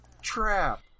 trap